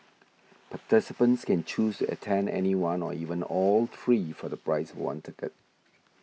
participants can choose attend any one or even all three for the price of one ticket